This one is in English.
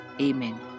Amen